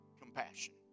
compassion